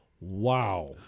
wow